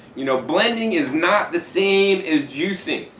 you know blending is not the same as juicing.